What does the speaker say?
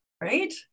Right